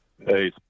Hey